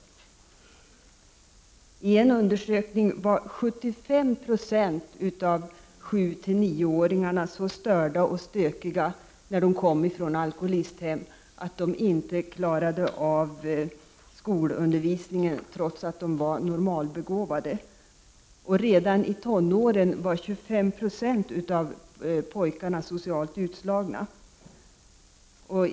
I en undersökning var 75 96 av 7-9-åringarna så störda och stökiga när de kom från alkoholisthem att de inte klarade av skolundervisningen, trots att de var normalbegåvade. Redan i tonåren var 25 90 av pojkarna socialt utslagna.